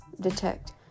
detect